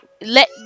let